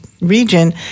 region